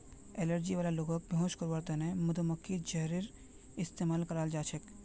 allergy वाला लोगक बेहोश करवार त न मधुमक्खीर जहरेर इस्तमाल कराल जा छेक